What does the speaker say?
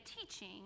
teaching